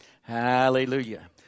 Hallelujah